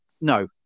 No